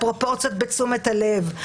הפרופורציות בתשומת הלב,